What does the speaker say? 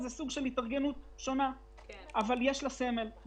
א.מ.א זה סוג של התארגנות שיש לה סמל,